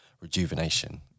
rejuvenation